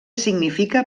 significa